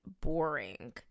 boring